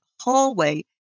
hallway